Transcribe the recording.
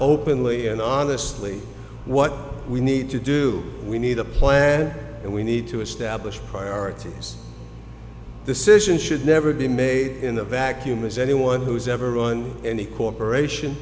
openly and honestly what we need to do we need a plan and we need to establish priorities the sessions should never be made in a vacuum as anyone who's ever run any corporation